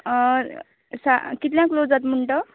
कितल्यांक क्लोज जाता म्हण तो